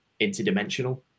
interdimensional